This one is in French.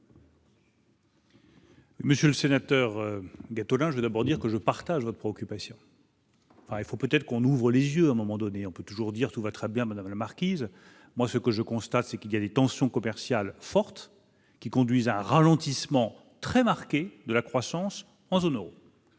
Monsieur le sénateur, des tôles, hein, je veux d'abord dire que je partage votre préoccupation, enfin, il faut peut-être qu'on ouvre les yeux, un moment donné, on peut toujours dire : tout va très bien madame la marquise, moi ce que je constate, c'est qu'il y a des tensions commerciales fortes qui conduisent à un ralentissement très marqué de la croissance en zone Euro.